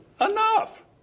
enough